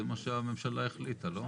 זה מה שהממשלה החליטה, לא?